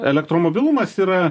elektromobilumas yra